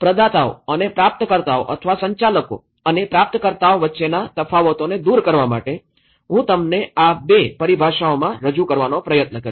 પ્રદાતાઓ અને પ્રાપ્તકર્તાઓ અથવા સંચાલકો અને પ્રાપ્તકર્તાઓ વચ્ચેના તફાવતોને દૂર કરવા માટે હું તમને આ 2 પરિભાષાઓમાં રજૂ કરવાનો પ્રયત્ન કરીશ